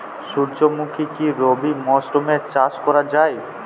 সুর্যমুখী কি রবি মরশুমে চাষ করা যায়?